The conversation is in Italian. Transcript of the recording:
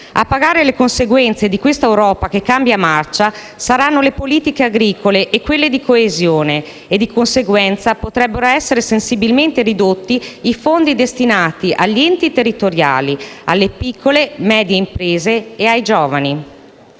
A pagare le conseguenze di questa Europa che cambia marcia saranno le politiche agricole e quelle di coesione e, di conseguenza, potrebbero essere sensibilmente ridotti i fondi destinati agli enti territoriali, alle piccole e medie imprese e ai giovani.